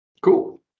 Cool